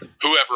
whoever